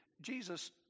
Jesus